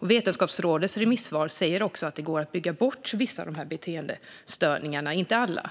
Det vetenskapliga rådet säger också i sitt remissvar att det går att bygga bort vissa beteendestörningar men inte alla.